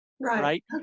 Right